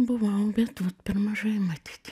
buvau bet per mažai matyt